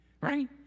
Right